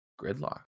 Gridlock